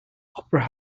opera